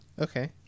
Okay